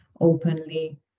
openly